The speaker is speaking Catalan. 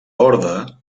orde